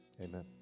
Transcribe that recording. Amen